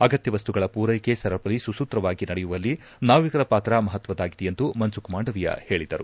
ಆಗತ್ತ ವಸ್ತುಗಳ ಪೂರೈಕೆ ಸರಪಳಿ ಸುಸೂತ್ರವಾಗಿ ನಡೆಯುವಲ್ಲಿ ನಾವಿಕರ ಪಾತ್ರ ಮಪತ್ವದ್ದಾಗಿದೆ ಎಂದು ಮನ್ಸುಖ್ ಮಾಂಡವೀಯ ಹೇಳಿದರು